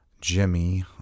Jimmy